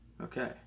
Okay